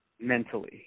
mentally